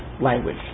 language